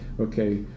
Okay